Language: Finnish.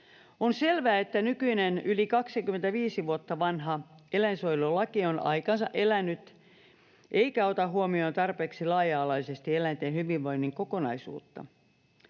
On selvää, että nykyinen, yli 25 vuotta vanha eläinsuojelulaki on aikansa elänyt eikä ota huomioon tarpeeksi laaja-alaisesti eläinten hyvinvoinnin kokonaisuutta.